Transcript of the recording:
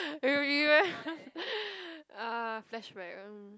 will reu~ ah flashback mm